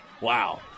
Wow